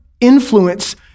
influence